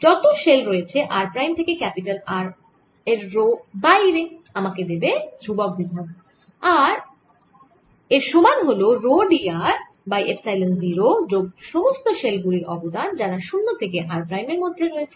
যত শেল রয়েছে r prime থেকে R এর রো বাইরে আমাকে দেবে ধ্রুবক বিভব যার সমান হল rho d r r by epsilon 0 যোগ সমস্ত শেল গুলির অবদান যারা 0 থেকে r প্রাইমের মধ্যে রয়েছে